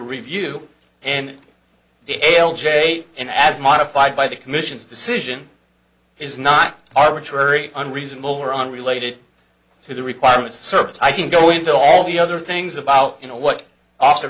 review and the l j and as modified by the commission's decision is not arbitrary and reasonable were unrelated to the requirement service i can go into all the other things about you know what